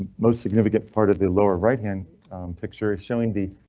ah most significant part of the lower right hand picture is showing the.